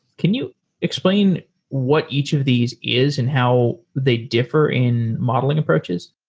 can you explain what each of these is and how they differ in modeling approaches?